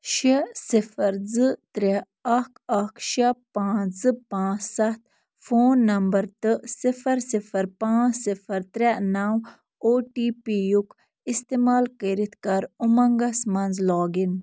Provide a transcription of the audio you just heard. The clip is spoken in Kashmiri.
شےٚ صِفر زٕ ترٛےٚ اکھ اکھ شےٚ پانٛژھ زٕ پانٛژھ سَتھ فون نمبر تہٕ صِفر صِفر پانٛژھ صِفر ترٛےٚ نَو او ٹی پی یُک اِستعمال کٔرِتھ کَر اُمنٛگَس مَنٛز لاگ اِن